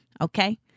Okay